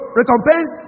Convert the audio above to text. recompense